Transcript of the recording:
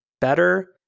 better